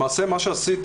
למעשה מה שעשיתי,